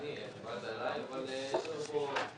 יש לנו בקמפוס 15,000 סטודנטים וסטודנטיות שלומדים ולומדות.